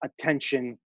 attention